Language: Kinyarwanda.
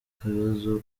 ikibazo